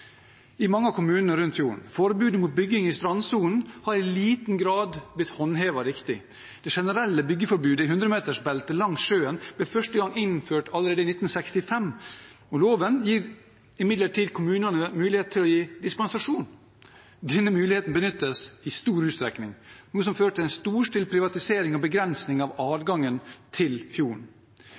i mange av kommunene rundt fjorden de siste 50 årene. Forbudet mot bygging i strandsonen har i liten grad blitt håndhevet riktig. Det generelle byggeforbudet i 100-metersbeltet langs sjøen ble første gang innført allerede i 1965. Loven gir imidlertid kommunene mulighet til å gi dispensasjon. Denne muligheten benyttes i stor utstrekning, noe som har ført til en storstilt privatisering og begrensning av adgangen til fjorden.